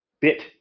bit